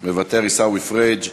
מוותר, עיסאווי פריג',